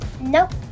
Nope